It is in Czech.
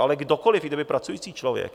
Ale kdokoli, i kdyby pracující člověk.